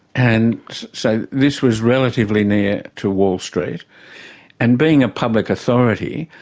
and so this was relatively near to wall street and being a public authority,